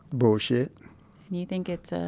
bullshit and you think it's ah